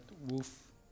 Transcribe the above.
wolf